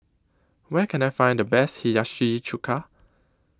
Where Can I Find The Best Hiyashi Chuka